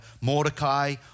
Mordecai